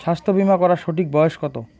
স্বাস্থ্য বীমা করার সঠিক বয়স কত?